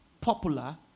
popular